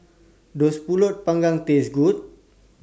Does Pulut Panggang Taste Good